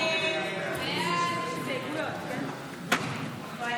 הסתייגות 41 לא